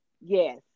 Yes